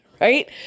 Right